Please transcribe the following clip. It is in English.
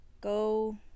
Go